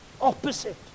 opposite